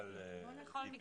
נכון.